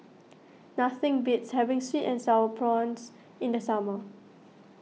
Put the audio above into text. nothing beats having Sweet and Sour Prawns in the summer